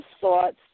thoughts